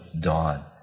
dawn